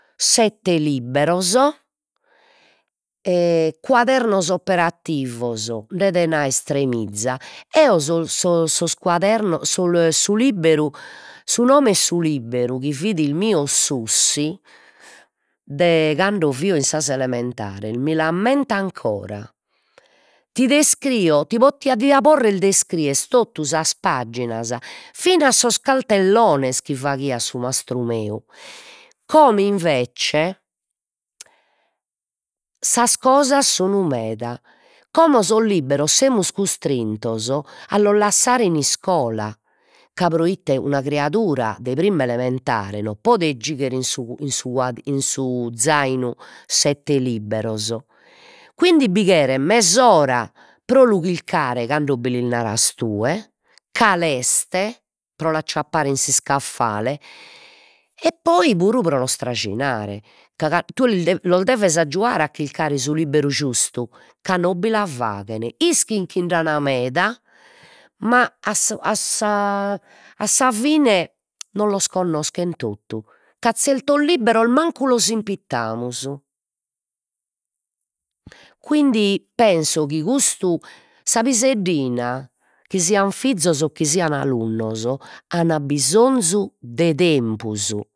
Sette libberos cuadernos operativos nde den'aer tremiza, eo sos cuadernos, sul su libberu su nome 'e su libberu chi fit il mio de cando fio in sa elementares mi l'ammento ancora, ti descrio ti ti diat poder descriere totu sas paginas, fina sos caltellones chi faghiat su mastru meu, como invece sas cosas sun meda, como sos libberos semus costrintos a los lassare in iscola, ca proite una criadura de primma elementare non podet giugher in su in su in su zainu sette libberos, quindi bi cheret mes'ora pro lu chilcare cando bi lis naras tue, cal'est pro l'acciappare in s'iscaffale e poi puru pro los trajinare, ca ca tue lis los deve aggiuare a chircare su libberu giustu ca non bi la faghen, ischin chi nd'an meda, ma a su a sa a sa fine non los connoschen totu, ca zertos libberos mancu los impittamus, quindi penso chi custu sa piseddina chi sian fizos o chi sian alunnos an bisonzu de tempus